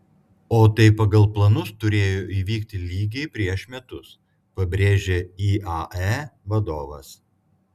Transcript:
o tai pagal planus turėjo įvykti lygiai prieš metus pabrėžė iae vadovas